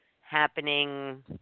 happening –